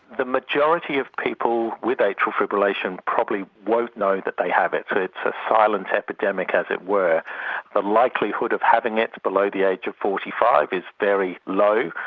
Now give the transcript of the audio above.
the majority of people with atrial fibrillation probably won't know that they have it, so it's a silent epidemic, as it were. the likelihood of having it below the age of forty five is very low,